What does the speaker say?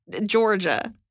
Georgia